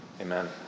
Amen